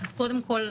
אז קודם כול,